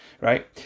right